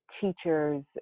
teachers